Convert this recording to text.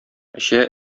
эчә